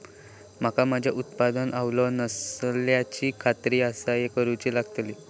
मका माझ्या उत्पादनात ओलावो नसल्याची खात्री कसा करुची लागतली?